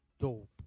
dope